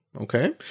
Okay